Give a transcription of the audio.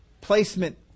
Placement